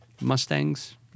Mustangs